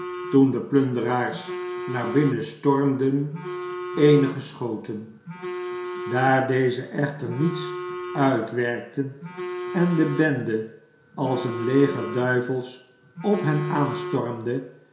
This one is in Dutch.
toen de plunderaars naar binnen stormden eenigeschoten daar deze echter niets uitwerkten en de bende als een leger duivels op hen